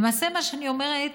למעשה מה שאני אומרת,